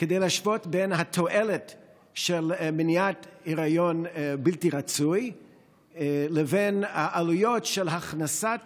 כדי להשוות בין התועלת של מניעת היריון בלתי רצוי לבין העלויות של הכנסת